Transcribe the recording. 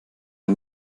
der